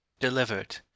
Delivered